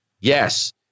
Yes